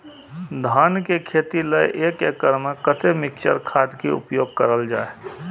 धान के खेती लय एक एकड़ में कते मिक्चर खाद के उपयोग करल जाय?